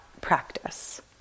practice